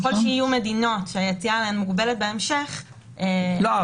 ככל שיהיו מדינות שהיציאה אליהן מוגבלת בהמשך -- לא.